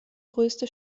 größte